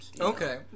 Okay